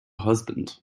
husband